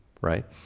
right